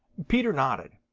peter nodded.